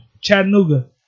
Chattanooga